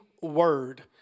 word